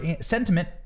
sentiment